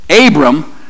Abram